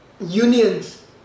unions